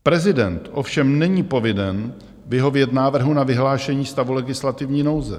Prezident ovšem není povinen vyhovět návrhu na vyhlášení stavu legislativní nouze.